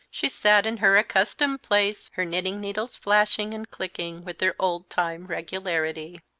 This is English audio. she sat in her accustomed place, her knitting-needles flashing and clicking with their old-time regularity.